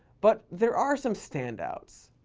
but there are some standouts.